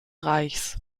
reichs